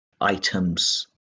items